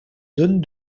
zones